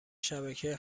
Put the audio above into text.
شبکه